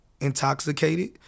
intoxicated